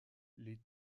les